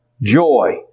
joy